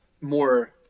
more